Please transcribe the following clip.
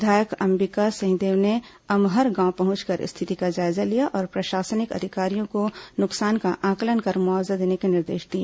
विधायक अंबिका सिंहदेव ने अमहर गांव पहुंचकर स्थिति का जायजा लिया और प्रशासनिक अधिकारियां को नुकसान का आंकलन कर मुआवजा देने के निर्देश दिए